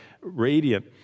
radiant